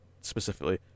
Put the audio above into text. specifically